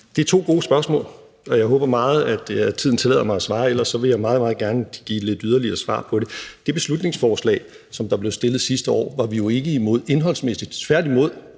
Det er to gode spørgsmål, og jeg håber meget, at tiden tillader mig at svare, og ellers vil jeg meget, meget gerne komme med yderligere svar på det. Det beslutningsforslag, som blev fremsat sidste år, var vi jo ikke imod indholdsmæssigt; tværtimod